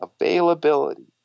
availability